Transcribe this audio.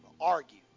argue